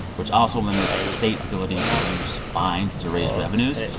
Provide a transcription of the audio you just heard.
which also limits states' ability to use fines to raise revenues.